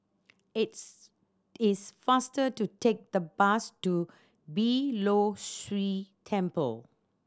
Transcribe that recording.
its is faster to take the bus to Beeh Low See Temple